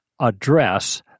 address